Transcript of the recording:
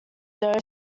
dose